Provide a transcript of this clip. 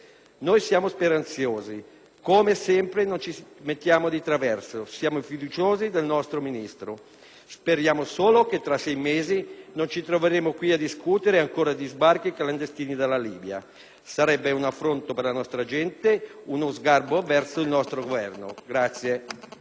Siamo speranzosi, come sempre non ci mettiamo di traverso, siamo fiduciosi nel nostro Ministro. Speriamo solo che tra sei mesi non ci troveremo qui a discutere ancora di sbarchi clandestini dalla Libia: sarebbe un affronto per la nostra gente, uno sgarbo verso il nostro Governo.